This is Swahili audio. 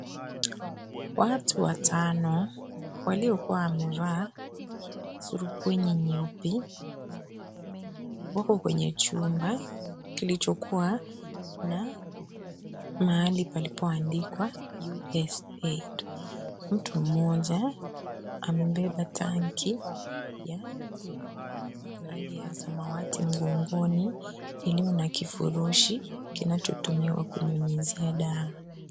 Watu watano, waliokuwa wamevaa, surupwenye nyeupe, wapo kwenye chumba, kilichokuwa, na, mahali palipo andikwa, U S A, mtu mmoja, amebeba tanki, ya, rangi ya samawati mgongoni, ilio na kifurushi kinachotumiwa kunyunyizia dawa.